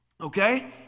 okay